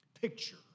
picture